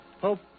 Hope